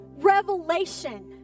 Revelation